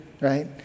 right